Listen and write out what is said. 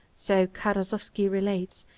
so karasowski relates,